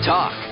Talk